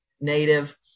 native